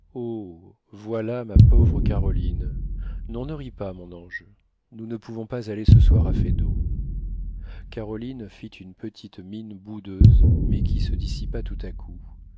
voilà ma pauvre caroline non ne ris pas mon ange nous ne pouvons pas aller ce soir à feydeau caroline fit une petite mine boudeuse mais qui se dissipa tout à coup